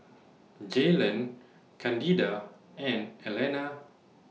Jaylon Candida and Alanna